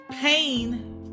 pain